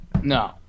No